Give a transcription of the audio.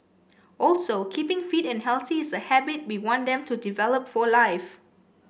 also keeping fit and healthy is a habit we want them to develop for life